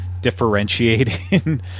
differentiating